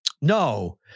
No